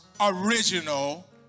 original